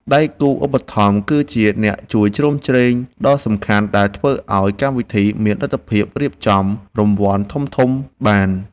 ដៃគូឧបត្ថម្ភគឺជាអ្នកជួយជ្រោមជ្រែងដ៏សំខាន់ដែលធ្វើឱ្យកម្មវិធីមានលទ្ធភាពរៀបចំរង្វាន់ធំៗបាន។